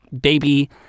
baby